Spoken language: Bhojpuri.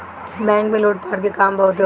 बैंक में लूट पाट के काम बहुते होला